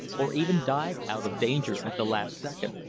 or even dived out of danger at the last second.